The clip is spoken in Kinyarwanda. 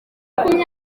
ari